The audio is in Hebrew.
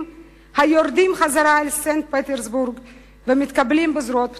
היורדים בחזרה אל סנט-פטרסבורג ומתקבלים בזרועות פתוחות.